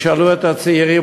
ישאלו את הצעירים,